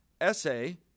Essay